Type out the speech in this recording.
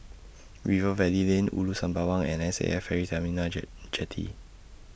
Rivervale Lane Ulu Sembawang and S A F Ferry Terminal and Jetty